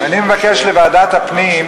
אני מבקש לוועדת הפנים,